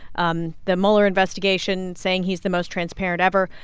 um the mueller investigation, saying he's the most transparent ever.